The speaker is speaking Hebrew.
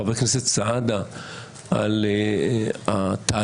חבר הכנסת סעדה על התהליך,